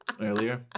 earlier